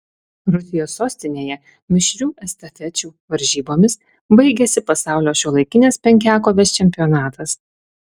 rusijos sostinėje mišrių estafečių varžybomis baigėsi pasaulio šiuolaikinės penkiakovės čempionatas